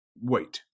Wait